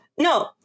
No